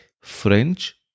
French